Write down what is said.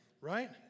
Right